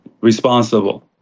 responsible